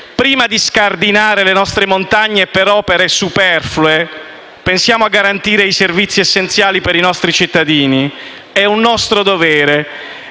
Prima di scardinare le nostre montagne per opere superflue, pensiamo a garantire i servizi essenziali per i nostri cittadini: è un nostro dovere,